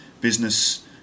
business